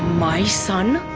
my son,